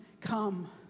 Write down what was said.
come